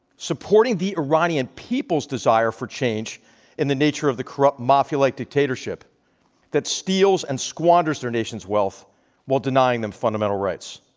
supporting the iranian people's desire for change in the nature of the corrupt mafia-like dictatorship that steals and squanders their nation's wealth while denying them fundamental rights.